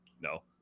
No